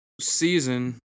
season